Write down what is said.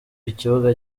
ikibuga